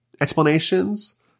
explanations